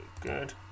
good